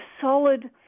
solid